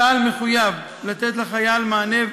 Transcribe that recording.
צה"ל מחויב לתת לחייל מענה,